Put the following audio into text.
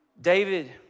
David